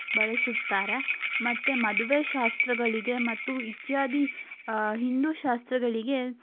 ಬಳಸುತ್ತಾರೆ ಮತ್ತು ಮದುವೆ ಶಾಸ್ತ್ರಗಳಿಗೆ ಮತ್ತು ಇತ್ಯಾದಿ ಹಿಂದೂ ಶಾಸ್ತ್ರಗಳಿಗೆ